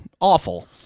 Awful